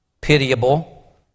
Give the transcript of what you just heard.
pitiable